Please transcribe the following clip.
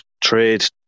trade